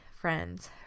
friends